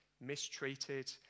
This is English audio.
mistreated